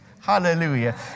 hallelujah